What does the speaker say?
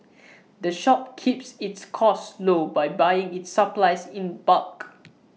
the shop keeps its costs low by buying its supplies in bulk